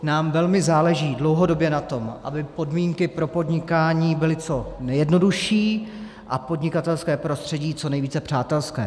Nám velmi záleží dlouhodobě na tom, aby podmínky pro podnikání byly co nejjednodušší a podnikatelské prostředí co nejvíce přátelské.